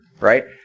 right